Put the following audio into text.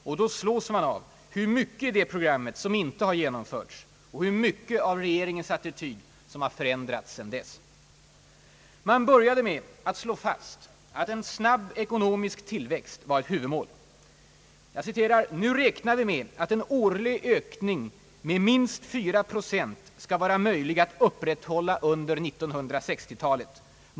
Man slås då av hur mycket i det programmet som inte har genomförts och hur mycket av regeringens attityd som har förändrats sedan dess. Man började då med att slå fast att en snabb ekonomisk tillväxt var ett huvudmål. »Nu räknar vi med att en årlig ökning med minst 4 procent skall vara möjlig att upprätthålla under 1960 talet.